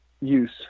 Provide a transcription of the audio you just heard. use